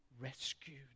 rescued